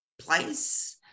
place